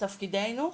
אנחנו תפקידינו,